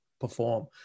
perform